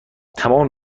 تمام